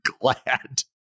glad